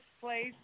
place